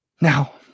Now